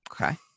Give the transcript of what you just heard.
Okay